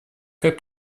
как